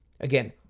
again